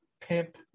pimp